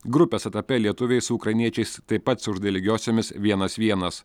grupės etape lietuviai su ukrainiečiais taip pat sužaidė lygiosiomis vienas vienas